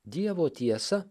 dievo tiesą